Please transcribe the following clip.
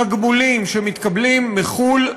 תקבולים שמתקבלים מחו"ל,